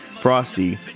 Frosty